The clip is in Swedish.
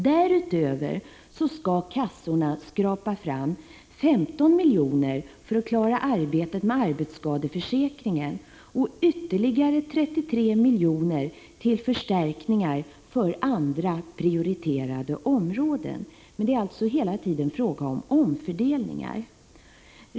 Därutöver skall kassorna skrapa fram 15 milj.kr. för att klara arbetet med arbetsskadeförsäkringen och ytterligare 33 milj.kr. för förstärkningar för andra prioriterade områden. Det är alltså hela tiden fråga om omfördelningar.